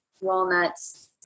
walnuts